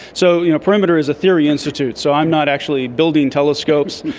so you know perimeter is a theory institute, so i'm not actually building telescopes,